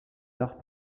tard